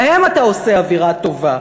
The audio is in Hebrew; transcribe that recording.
להם אתה עושה אווירה טובה.